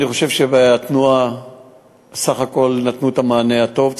אני חושב שבסך הכול נתנו את המענה הטוב,